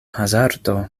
hazardo